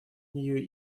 нее